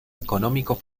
económico